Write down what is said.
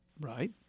Right